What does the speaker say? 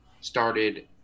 started